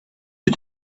you